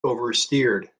oversteered